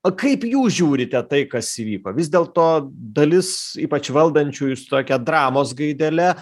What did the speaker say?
o kaip jūs žiūrite tai kas įvyko vis dėl to dalis ypač valdančiųjų su tokia dramos gaidele